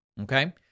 Okay